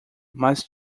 mas